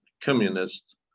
communist